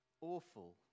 awful